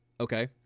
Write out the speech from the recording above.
Okay